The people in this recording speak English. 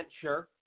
Sure